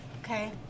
Okay